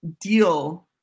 deal